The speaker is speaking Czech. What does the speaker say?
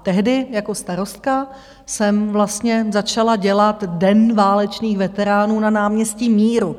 Tehdy jako starostka jsem vlastně začala dělat Den válečných veteránů na náměstí Míru.